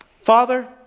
Father